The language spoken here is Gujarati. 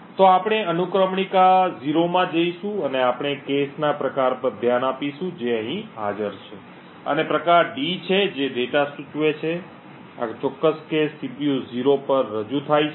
તેથી આપણે અનુક્રમણિકા 0 માં જઈશું અને આપણે cache ના પ્રકાર પર ધ્યાન આપીશું જે અહીં હાજર છે અને પ્રકાર D છે જે ડેટા સૂચવે છે કે આ ચોક્કસ cache સીપીયુ 0 પર રજૂ થાય છે